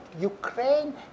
Ukraine